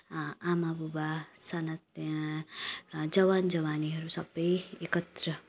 आमाबुबा सानातिना जवान जवानीहरू सबै एकत्र